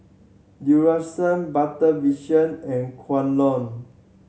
Duracell Better Vision and Kwan Loong